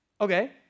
Okay